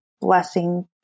blessing